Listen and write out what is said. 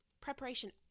Preparation